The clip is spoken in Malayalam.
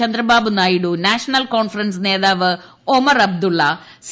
ചന്ദ്രബാബു നായിഡു നാഷണൽ കോൺഫറൻസ് നേതാവ് ഒമർ അബ്ദുള്ള സി